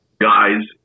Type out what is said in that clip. guys